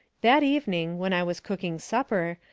that evening, when i was cooking supper,